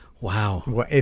Wow